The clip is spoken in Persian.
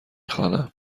خوانم